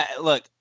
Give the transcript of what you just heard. look